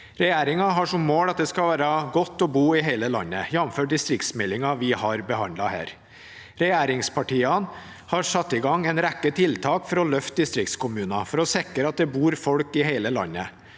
Regjeringen har som mål at det skal være godt å bo i hele landet, jf. distriktsmeldingen vi har behandlet her. Regjeringspartiene har satt i gang en rekke tiltak for å løfte distriktskommuner for å sikre at det bor folk i hele landet.